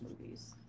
movies